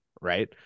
right